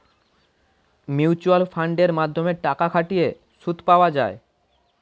mutual ফান্ডের মাধ্যমে টাকা খাটিয়ে সুদ পাওয়া যায়